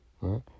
Right